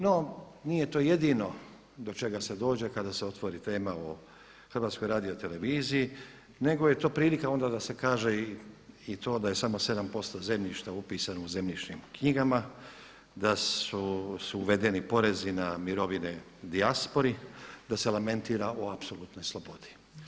No, nije to jedino do čega se dođe kada se otvori tema o HRT-u nego je to prilika onda da se kaže i to da je samo 7% zemljišta upisano u zemljišnim knjigama, da su uvedeni porezi na mirovine u dijaspori, da se lamentira o apsolutnoj slobodi.